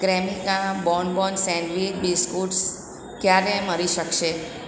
Cremica bourbon sandwich biscuits ક્યારે મળી શકશે